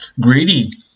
greedy